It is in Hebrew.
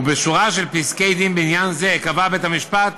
ובשורה של פסקי-דין בעניין זה קבע בית-המשפט